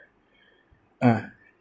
ah